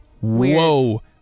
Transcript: whoa